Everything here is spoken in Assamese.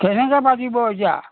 কেনেকৈ পাতিব এতিয়া